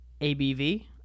ABV